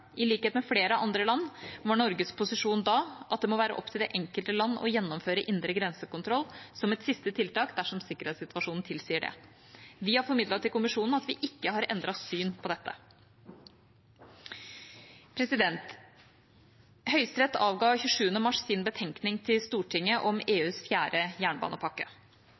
I likhet med flere andre land var Norges posisjon da at det må være opp til det enkelte land å gjennomføre indre grensekontroll som et siste tiltak dersom sikkerhetssituasjonen tilsier det. Vi har formidlet til Kommisjonen at vi ikke har endret syn på dette. Høyesterett avga 27. mars sin betenkning til Stortinget om EUs fjerde jernbanepakke.